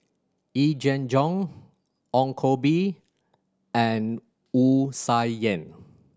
Yee Jenn Jong Ong Koh Bee and Wu Tsai Yen